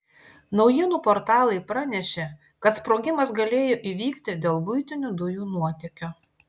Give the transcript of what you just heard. naujienų portalai pranešė kad sprogimas galėjo įvykti dėl buitinių dujų nuotėkio